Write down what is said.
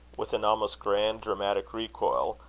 with an almost grand dramatic recoil,